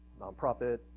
Nonprofit